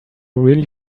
really